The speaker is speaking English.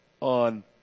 on